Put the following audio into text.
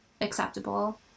acceptable